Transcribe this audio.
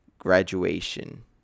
graduation